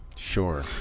Sure